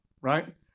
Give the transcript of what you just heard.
right